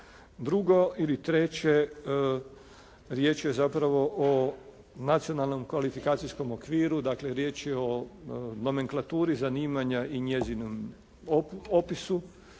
kurikula. Treće, riječ je zapravo o nacionalnom kvalifikacijskom okviru, dakle riječ je o nomenklaturi zanimanja i njezinom opisu.